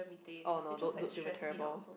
oh no don't don't they were terrible